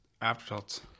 afterthoughts